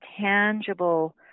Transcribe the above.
tangible